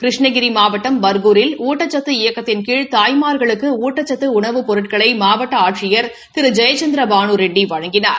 கிருஷ்ணகிரி மாவட்டம் பர்கூரில் ஊட்டச்சத்து இயக்கத்தின் கீழ் தாய்மார்களுக்கு ஊட்டச்சத்து உணவுப் பொருட்களை மாவட்ட ஆட்சியர் திரு ஜெயசந்திர பானு ரெட்டி வழங்கினார்